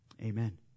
Amen